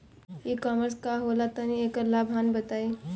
ई कॉमर्स का होला तनि एकर लाभ हानि बताई?